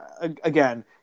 again